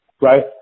right